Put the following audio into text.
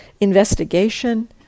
investigation